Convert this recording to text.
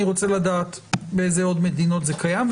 אני רוצה לדעת באיזה עוד מדינות זה קיים,